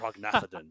prognathodon